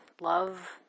love